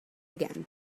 again